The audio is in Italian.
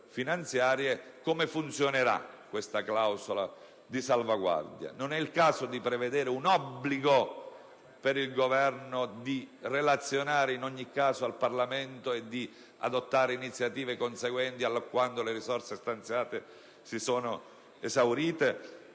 come funzionerà questa clausola di salvaguardia? Non è il caso di prevedere un obbligo per il Governo di relazionare in ogni caso al Parlamento e di adottare iniziative conseguenti allorquando le risorse stanziate si sono esaurite?